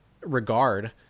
regard